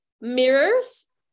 mirrors